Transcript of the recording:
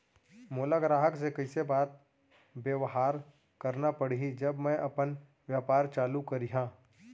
मोला ग्राहक से कइसे बात बेवहार करना पड़ही जब मैं अपन व्यापार चालू करिहा?